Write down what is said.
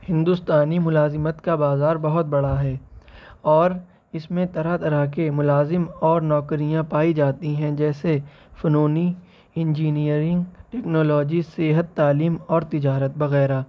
ہندوستانی ملازمت کا بازار بہت بڑا ہے اور اس میں طرح طرح کے ملازم اور نوکریاں پائی جاتی ہیں جیسے فنونی انجینئرنگ ٹیکنالوجی صحت تعلیم اور تجارت وغیرہ